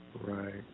right